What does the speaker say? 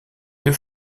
deux